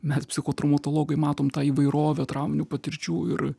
mes psichotraumatologai matom tą įvairovę trauminių patirčių ir